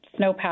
snowpack